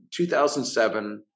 2007